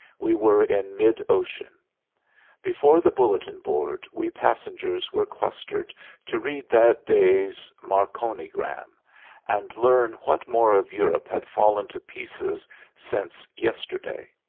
we were in mid-ocean. before the bulletin board we passengers were clustered to read that day's marconigram and learn what more of europe had fallen to pieces since yesterday.